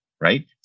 right